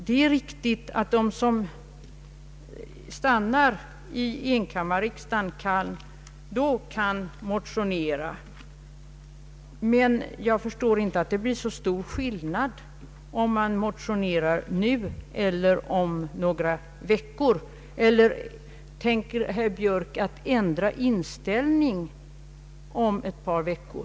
Det är riktigt att de som fortsätter i enkammarriksdagen då kan motionera i denna fråga. Men jag förstår inte att skillnaden kan vara så stor, om man motionerar nu eller om några veckor. Eller tänker herr Björk ändra inställning om ett par veckor?